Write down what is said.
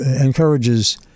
encourages –